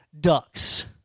ducks